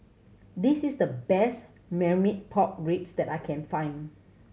this is the best Marmite Pork Ribs that I can find